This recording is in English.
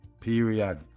Period